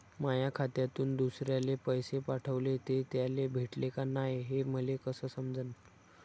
माया खात्यातून दुसऱ्याले पैसे पाठवले, ते त्याले भेटले का नाय हे मले कस समजन?